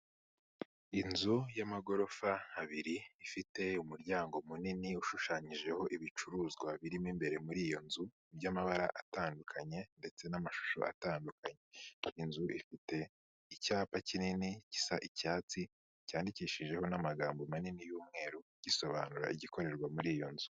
Inzu y'amagorofa abiri ifite umuryango munini ushushanyijeho ibicuruzwa birimo imbere muri iyo nzu by'amabara atandukanye ndetse n'amashusho atandukanye. inzu ifite icyapa kinini gisa icyatsi, cyandikishijweho n'amagambo manini y'umweru, gisobanura igikorerwa muri iyo nzu.